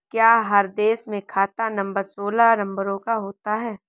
क्या हर देश में खाता नंबर सोलह नंबरों का होता है?